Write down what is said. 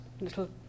little